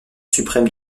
suprême